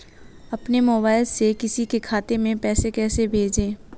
अपने मोबाइल से किसी के खाते में पैसे कैसे भेजें?